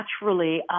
naturally